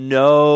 no